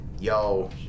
Yo